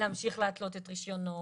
להמשיך להתלות את רישיונו,